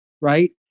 right